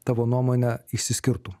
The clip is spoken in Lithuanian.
tavo nuomone išsiskirtų